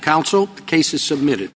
counsel cases submitted